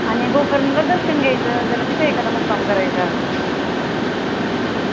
आणि गोकर्णला दर्शन घ्यायचं जरा तिथं एखादा मुक्काम करायचा हं